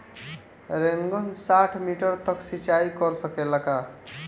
Rain gun साठ मिटर तक सिचाई कर सकेला का?